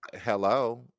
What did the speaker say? Hello